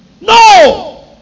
No